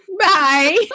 Bye